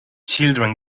children